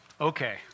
Okay